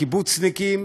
הקיבוצניקים,